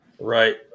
Right